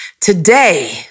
Today